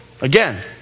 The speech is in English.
again